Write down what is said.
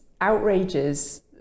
outrages